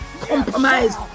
compromise